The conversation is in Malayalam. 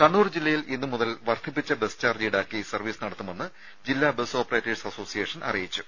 കണ്ണൂർ ജില്ലയിൽ ഇന്നുമുതൽ വർദ്ധിപ്പിച്ച ബസ് ചാർജ് ഈടാക്കി സർവീസ് നടത്തുമെന്ന് ജില്ലാ ബസ് ഓപ്പറേറ്റേർസ് അസോസിയേഷൻ ഭാരവാഹികൾ അറിയിച്ചു